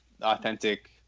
authentic